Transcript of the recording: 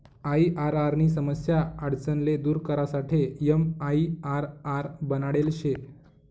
IRR नी समस्या आडचण ले दूर करासाठे एमआईआरआर बनाडेल शे